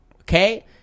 okay